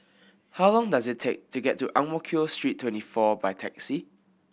how long does it take to get to Ang Mo Kio Street Twenty four by taxi